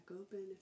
open